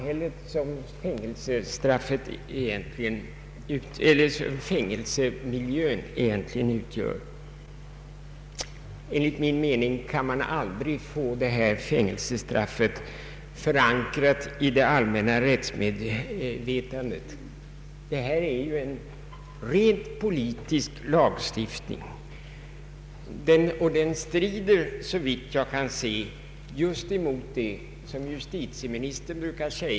olaga arbetsförmedling inom samhället fängelsemiljön egentligen utgör. Enligt min mening kan man aldrig få det nu föreslagna fängelsestraffet förankrat i det allmänna rättsmedvetandet. Det är ju här fråga om en rent politisk lagstiftning, och den strider, såvitt jag kan se, just emot den princip som bör gälla för användande av fängelsestraff.